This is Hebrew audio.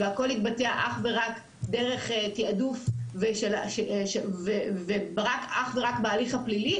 והכל יתבצע אך ורק דרך תיעדוף ואך ורק בהליך הפלילי,